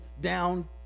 down